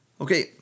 Okay